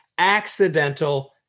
accidental